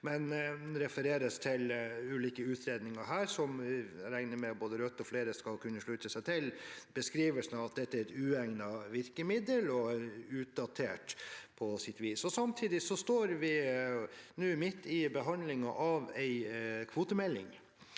Det refereres til ulike utredninger, som jeg regner med både Rødt og flere skal kunne slutte seg til, og beskrivelsen av at dette er et uegnet virkemiddel og utdatert på sitt vis. Samtidig står vi nå midt i behandlingen av en kvotemelding